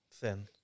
Thin